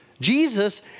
Jesus